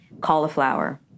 cauliflower